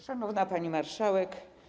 Szanowna Pani Marszałek!